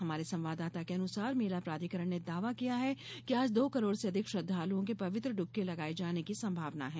हमारे संवाददाता के अनुसार मेला प्राधिकरण ने दावा किया है कि आज दो करोड़ से अधिक श्रद्वालुओं के पवित्र डुबकी लगाए जाने की संभावना है